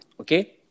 okay